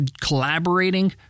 collaborating